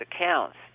accounts